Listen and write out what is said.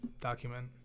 document